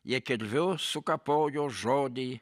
jie kirviu sukapojo žodį